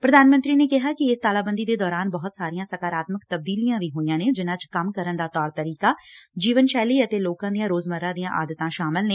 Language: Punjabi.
ਪ੍ਰਧਾਨ ਮੰਤਰੀ ਨੇ ਕਿਹਾ ਕਿ ਇਸ ਤਾਲਾਬੰਦੀ ਦੇ ਦੌਰਾਨ ਬਹੁਤ ਸਾਰੀਆਂ ਸਕਾਰਾਤਮਕ ਤਬਦੀਲੀਆਂ ਵੀ ਹੋਈਆਂ ਨੇ ਜਿੰਨਾ 'ਚ ਕੰਮ ਕਰਨ ਦਾ ਤੌਰ ਤਰੀਕਾ ਜੀਵਨ ਸ਼ੈਲੀ ਅਤੇ ਲੋਕਾਂ ਦੀਆਂ ਰੋਜਮਰਾ ਦੀਆਂ ਆਦਤਾਂ ਸ਼ਾਮਲ ਨੇ